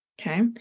Okay